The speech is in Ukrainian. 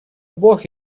бог